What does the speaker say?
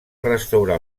restaurar